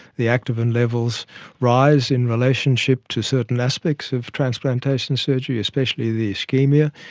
the activin levels rise in relationship to certain aspects of transplantation surgery, especially the ischemia.